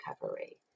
recovery